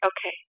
Okay